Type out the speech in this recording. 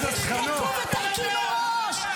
תשתקו ותרכינו ראש.